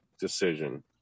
decision